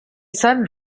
sun